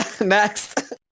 Next